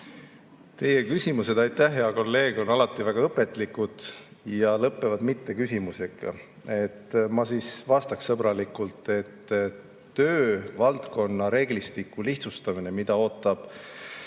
küsimused on alati väga õpetlikud ja lõpevad mitteküsimusega. Ma vastaks sõbralikult, et töövaldkonna reeglistiku lihtsustamine, mida ootab